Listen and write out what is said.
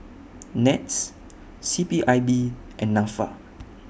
Nets C P I B and Nafa